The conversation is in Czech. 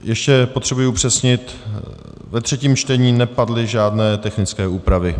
Ještě potřebuji upřesnit ve třetím čtení nepadly žádné technické úpravy?